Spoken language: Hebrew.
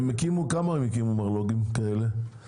כמה מרלו"גים כאלה הם הקימו?